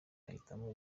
ahitamo